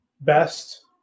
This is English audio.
best